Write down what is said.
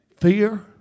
fear